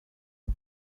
vie